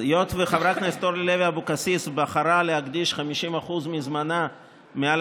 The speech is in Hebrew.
היות שחברת הכנסת אורלי לוי אבקסיס בחרה להקדיש 50% מזמנה מעל